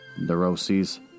neuroses